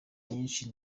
nyinshi